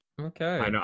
Okay